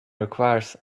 requires